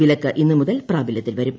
വിലക്ക് ഇ്ന്ന് മുതൽ പ്രാബലൃത്തിൽ വരും